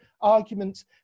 arguments